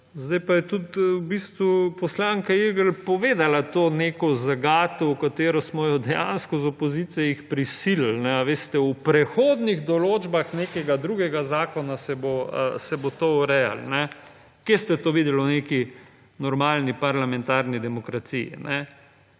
Zdaj pa je tudi v bistvu poslanka Irgl povedala to neko zagato, v katero smo jo dejansko iz opozicije jih prisili, a veste, v prehodnih določbah nekega drugega zakona, se bo to urejalo. Kje ste to videli v neki normalni parlamentarni demokraciji?